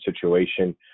situation